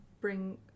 bring